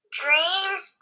dreams